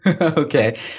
Okay